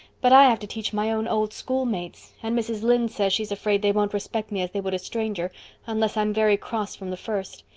but i have to teach my own old schoolmates, and mrs. lynde says she's afraid they won't respect me as they would a stranger unless i'm very cross from the first.